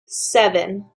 seven